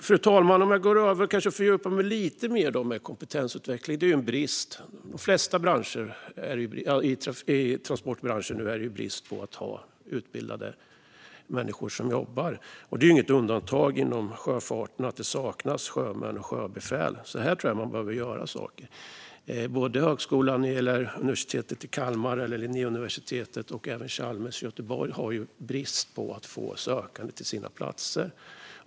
Fru talman! Jag ska tala lite mer om och fördjupa mig i kompetensutveckling. I de flesta delar av transportbranschen är det brist på utbildade människor som jobbar. Det är inget undantag inom sjöfarten. Det saknas sjömän och sjöbefäl. Här behöver man göra saker. Universitetet i Kalmar, Linnéuniversitetet och även Chalmers i Göteborg har brist på sökande till sina platser.